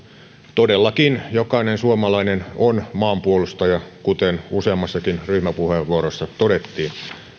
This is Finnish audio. todellakin jokainen suomalainen on maanpuolustaja kuten useammassakin ryhmäpuheenvuorossa todettiin